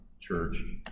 church